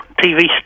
TV